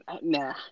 Nah